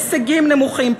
הישגים נמוכים.